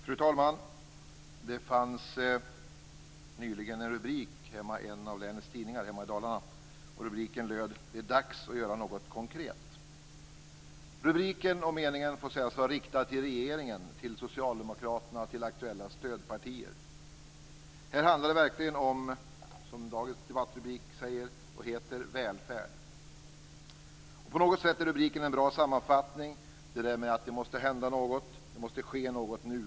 Fru talman! Det fanns helt nyligen en rubrik i en av länstidningarna hemma i Dalarna. Rubriken löd: "Det är dags att göra något konkret!" Den rubriken och meningen får sägas vara riktad till regeringen, till Socialdemokraterna och aktuella stödpartier. Här handlar det verkligen om det som är namnet på dagens debattrubrik: välfärd. På något sätt är rubriken en bra sammanfattning. Det måste hända något, det måste ske något nu.